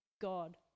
God